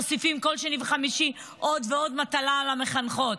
מוסיפים בכל שני וחמישי עוד ועוד מטלות למחנכות,